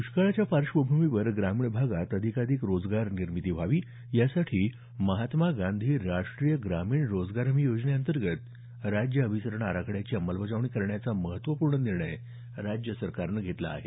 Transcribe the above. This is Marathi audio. दष्काळाच्या पार्श्वभूमीवर ग्रामीण भागात अधिकाधिक रोजगार निर्मिती व्हावी यासाठी महात्मा गांधी राष्ट्रीय ग्रामीण रोजगार हमी योजनेअंतर्गत राज्य अभिसरण आराखड्याची अंमलबजावणी करण्याचा महत्त्वपूर्ण निर्णय राज्य सरकारनं घेतला आहे